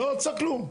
--- לא יצא כלום.